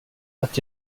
att